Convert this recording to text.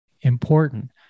important